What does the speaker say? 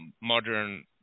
modern